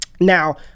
Now